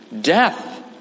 death